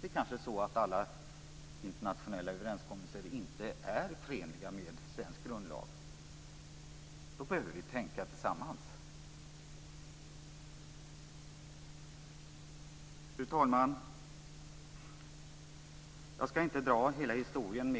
Det kanske är så att alla internationella överenskommelser inte är förenliga med svensk grundlag. Då behöver vi tänka tillsammans. Fru talman! Jag ska inte dra hela historien